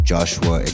Joshua